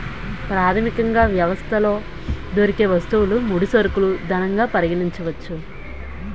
ప్రాథమికంగా వ్యవస్థలో దొరికే వస్తువులు ముడి సరుకులు ధనంగా పరిగణించవచ్చు